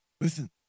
Listen